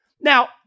Now